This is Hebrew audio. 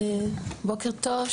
(מציגה שקף.) בוקר טוב.